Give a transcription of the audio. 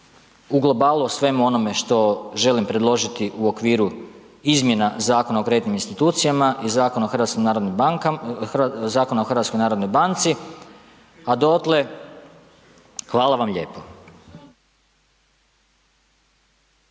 u globalu o svemu onome što želim predložiti u okviru izmjena Zakona o kreditnim institucijama i Zakona o HNB-u a dotle hvala vam lijepo.